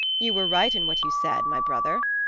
you were right in what you said, my brother,